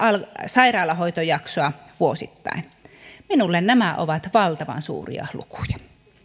sairaalahoitojaksoa vuosittain minulle nämä ovat valtavan suuria lukuja